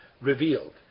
revealed